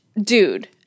dude